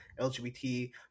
LGBT